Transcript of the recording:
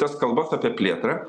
tas kalbas apie plėtrą